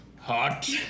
Hot